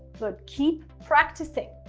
but keep practicing.